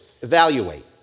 evaluate